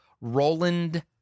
Roland